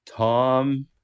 Tom